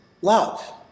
love